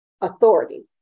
authority